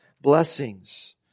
blessings